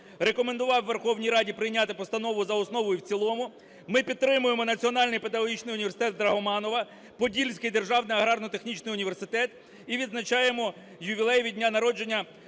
Рекомендував Верховній Раді прийняти постанову за основу і в цілому. Ми підтримуємо Національний педагогічний університет Драгоманова, Подільський державний аграрно-технічний університет - і відзначаємо ювілей від дня народження